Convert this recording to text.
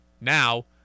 now